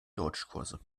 deutschkurse